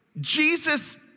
Jesus